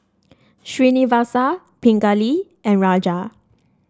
Srinivasa Pingali and Raja